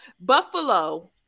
Buffalo